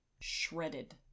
shredded